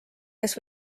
kes